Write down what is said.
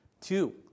Two